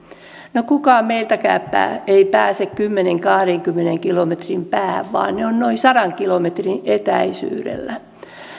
no kukaan meiltäkään ei pääse kymmenen viiva kahdenkymmenen kilometrin päähän vaan ne ovat noin sadan kilometrin etäisyydellä